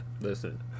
Listen